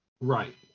Right